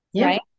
Right